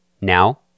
Now